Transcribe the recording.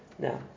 Now